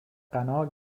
غنا